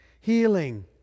healing